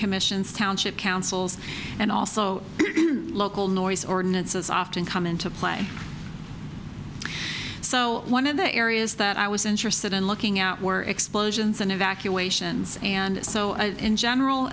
commissions township councils and also local noise ordinances often come into play so one of the areas that i was interested in looking at were explosions and evacuations and so in general